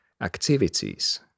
activities